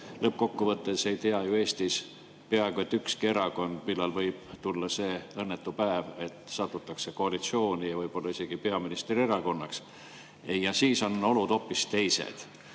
Lõppkokkuvõttes ei tea ju Eestis praegu ükski erakond, millal võib tulla see õnnetu päev, et satutakse koalitsiooni ja võib-olla isegi peaministri erakonnaks, ja siis on olud hoopis teised.